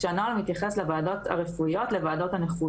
שהנוהל מתייחס לוועדות הרפואיות לוועדות הנכות,